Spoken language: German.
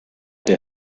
der